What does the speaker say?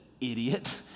idiot